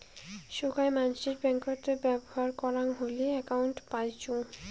সোগায় মানসির ব্যাঙ্কত ব্যবহর করাং হলি একউন্ট পাইচুঙ